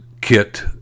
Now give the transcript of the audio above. kit